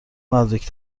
نزدیک